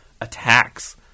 attacks